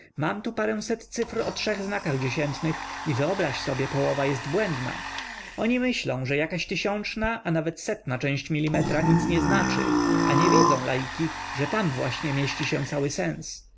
mam tu paręset cyfr o trzech znakach dziesiętnych i wyobraź sobie połowa jest błędna oni myślą że jakaś tysiączna albo nawet setna część milimetra nic nie znaczy a nie wiedzą laiki że tam właśnie mieści się cały sens